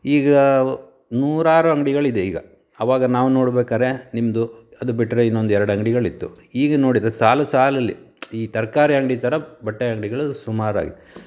ಈಗ ನೂರಾರು ಅಂಗಡಿಗಳು ಇದೆ ಈಗ ಅವಾಗ ನಾವು ನೋಡ್ಬೇಕಾದ್ರೆ ನಿಮ್ದು ಅದು ಬಿಟ್ಟರೆ ಇನ್ನೊಂದು ಎರಡು ಅಂಗಡಿಗಳಿತ್ತು ಈಗ ನೋಡಿದರೆ ಸಾಲು ಸಾಲಲ್ಲಿ ಈ ತರಕಾರಿ ಅಂಗಡಿ ಥರ ಬಟ್ಟೆ ಅಂಗಡಿಗಳು ಸುಮಾರಾಗಿ